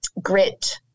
grit